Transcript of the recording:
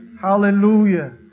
Hallelujah